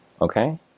Okay